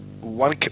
one